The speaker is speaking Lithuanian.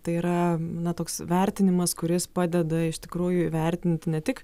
tai yra na toks vertinimas kuris padeda iš tikrųjų įvertint ne tik